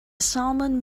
salmon